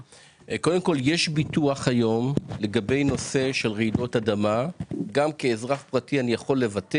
יש ביטוח לגבי הנושא של רעידות אדמה שכאזרח פרטי אני יכול לעשות